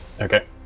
Okay